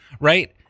right